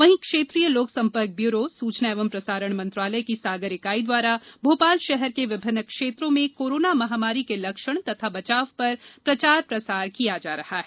वहीं क्षेत्रीय लोकसंपर्क ब्यूरो सूचना एवं प्रसारण मंत्रालय की सागर ईकाई द्वारा भोपाल शहर के विभिन्न क्षेत्रों में कोरोना महामारी के लक्षण तथा बचाव पर प्रचार प्रसार किया जा रहा है